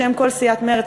בשם כל סיעת מרצ,